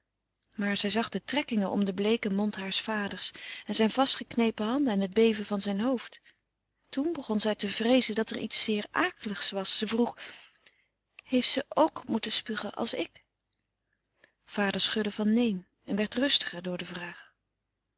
maar zij zag de trekkingen om den bleeken mond haars vaders en zijn vast geknepen handen en het beven van zijn hoofd toen begon zij te vreezen dat er iets zeer akeligs was ze vroeg heeft ze k moeten spugen als ik vader schudde van neen en werd rustiger door de vraag